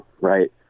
right